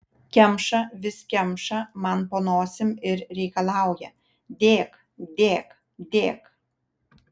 kemša vis kemša man po nosim ir reikalauja dėk dėk dėk